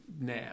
Now